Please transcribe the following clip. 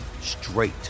straight